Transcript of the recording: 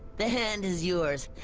the hand is yours,